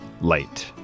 Light